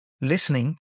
listening